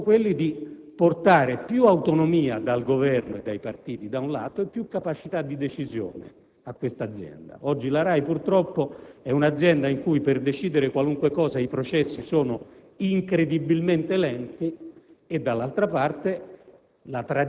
e sono quelli di dare più autonomia dal Governo e dai partiti, e più capacità di decisione all'Azienda. Oggi la RAI, purtroppo, è un'azienda in cui per decidere qualunque cosa i processi sono incredibilmente lenti. D'altro canto,